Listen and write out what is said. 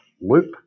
loop